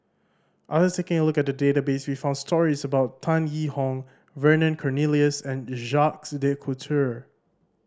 after taking a look at the database we found stories about Tan Yee Hong Vernon Cornelius and Jacques De Coutre